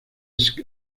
sri